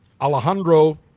alejandro